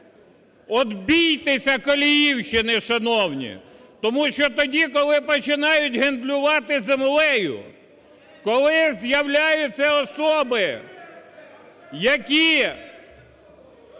от, бійтеся Коліївщини, шановні. Тому що тоді, коли починають гендлювати землею, коли з'являються особи, які...